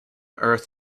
earth